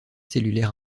cellulaire